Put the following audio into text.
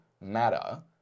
matter